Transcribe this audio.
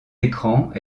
écrans